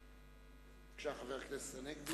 בבקשה, חבר הכנסת הנגבי.